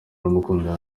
naramukundaga